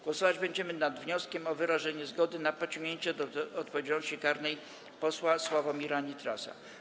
Głosować będziemy nad wnioskiem o wyrażenie zgody na pociągnięcie do odpowiedzialności karnej posła Sławomira Nitrasa.